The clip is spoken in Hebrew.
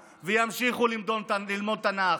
תנ"ך, באבו-אבוה לומדים תנ"ך,